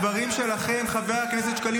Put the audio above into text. חבר הכנסת שקלים,